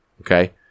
Okay